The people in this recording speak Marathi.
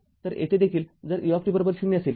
तर येथे देखील जर u० असेल